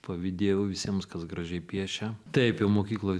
pavydėjau visiems kas gražiai piešia taip mokykloj